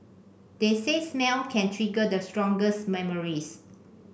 they say smell can trigger the strongest memories